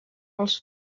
als